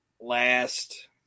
last